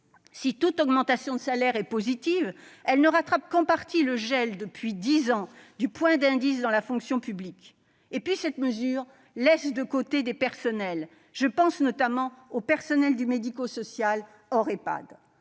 Si toute augmentation de salaire est positive, elle ne rattrape qu'en partie le gel, depuis dix ans, du point d'indice dans la fonction publique. En outre, cette mesure laisse de côté certains membres du personnel ; je pense notamment au personnel du médico-social hors Ehpad.